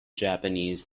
japanese